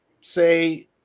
say